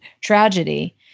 tragedy